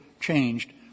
changed